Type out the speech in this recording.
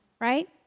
right